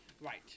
Right